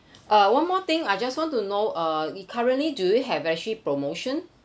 uh one more thing I just want to know uh currently do you have actually promotion